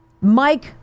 Mike